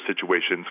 situations